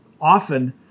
often